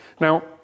Now